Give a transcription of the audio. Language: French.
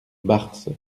barse